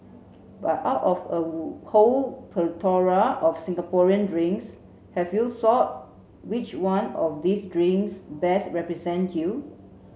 but out of a whole plethora of Singaporean drinks have you thought which one of these drinks best represent you